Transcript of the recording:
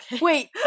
Wait